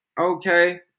Okay